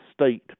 state